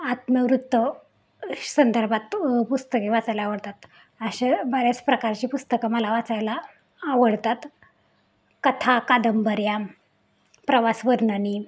आत्मवृत्त संदर्भात पुस्तके वाचायला आवडतात अशा बऱ्याच प्रकारची पुस्तकं मला वाचायला आवडतात कथा कादंबऱ्या प्रवास वर्णने